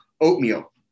oatmeal